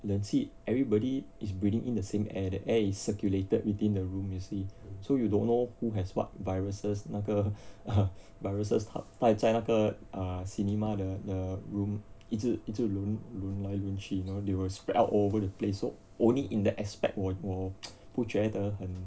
冷气 everybody is breathing in the same air the air is circulated within the room you see so you don't know who has what viruses 那个 viruses 待在那个 uh cinema 的的 room 一直轮轮来轮去 you know they will spread all over the place so only in that aspect 我 不觉得很